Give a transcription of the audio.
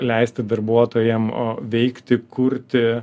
leisti darbuotojam veikti kurti